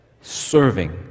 serving